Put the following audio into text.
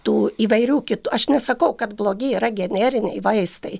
tų įvairių kit aš nesakau kad blogi yra generiniai vaistai